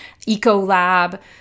Ecolab